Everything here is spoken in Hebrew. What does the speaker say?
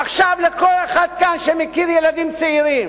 עכשיו, לכל אחד כאן שמכיר ילדים צעירים,